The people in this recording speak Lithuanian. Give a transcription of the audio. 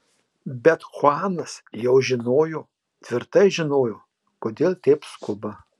bet chuanas jau žinojo tvirtai žinojo kodėl taip skuba